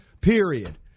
Period